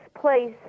place